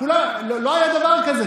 לא היה דבר כזה.